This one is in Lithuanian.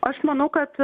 aš manau kad